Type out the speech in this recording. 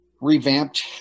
revamped